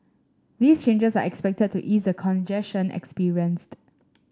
these changes are expected to ease the congestion experienced